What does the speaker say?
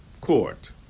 court